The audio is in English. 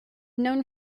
known